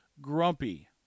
grumpy